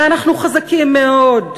הרי אנחנו חזקים מאוד.